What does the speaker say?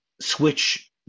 switch